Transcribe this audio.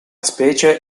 specie